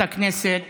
חברת הכנסת